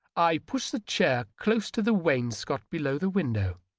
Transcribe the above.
i pushed the chair close to the wainscot below the window,